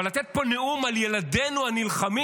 אבל לתת פה נאום על ילדינו הנלחמים,